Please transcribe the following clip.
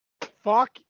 Fuck